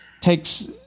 takes